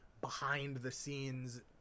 behind-the-scenes